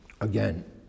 again